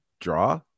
draw